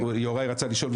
יוראי רצה לשאול.